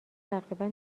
تقریبا